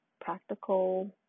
practical